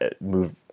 move